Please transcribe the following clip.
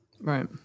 Right